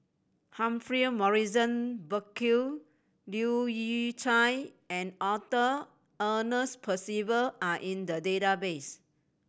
Humphrey Morrison Burkill Leu Yew Chye and Arthur Ernest Percival are in the database